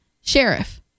sheriff